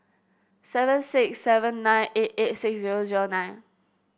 seven six seven nine eight eight six zero zero nine